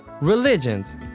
Religions